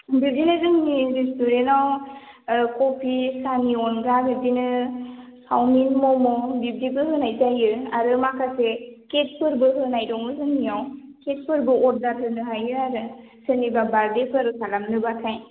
बिदिनो जोंनि रेस्टुरेन्टनाव कफि साहानि अनगा बिब्दिनो चावमिन म'म' बिब्दिबो होनाय जायो आरो माखासे केकफोरबो होनाय दङ जोंनिआव केकफोरबो अर्डार होनो हायो आरो सोरनिबा बार्थडेफोर खालामनोब्लाथाय